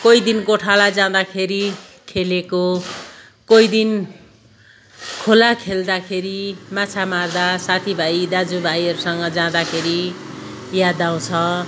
कोही दिन गोठाला जाँदाखेरि खेलेको कोही दिन खोला खेल्दाखेरि माछा मार्दा साथीभाइ दाजु भाइहरूसँग जाँदाखेरि याद आउँछ